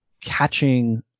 catching